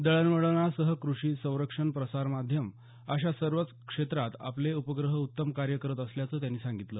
दळण वळणासह क्रषी संरक्षण प्रसार माध्यम अशा सर्वच क्षेत्रात आपले उपग्रह उत्तम कार्य करत असल्याचं त्यांनी सांगितलं